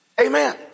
Amen